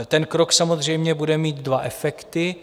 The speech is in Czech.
Ten krok samozřejmě bude mít dva efekty.